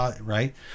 right